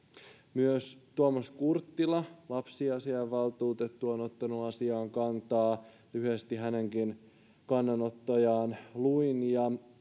myös tuomas kurttila lapsiasiainvaltuutettu on ottanut asiaan kantaa lyhyesti hänenkin kannanottojaan luin ja hän